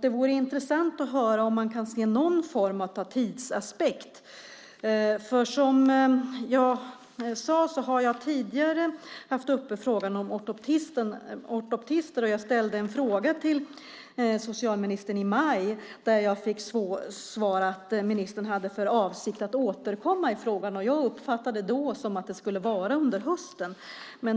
Det vore intressant att höra om man kan se någon form av tidsaspekt. Som jag sade har jag tidigare haft uppe frågan om ortoptister. Jag ställde en fråga till socialministern i maj där jag fick svaret att ministern hade för avsikt att återkomma i frågan. Jag uppfattade det då som att det skulle vara under hösten.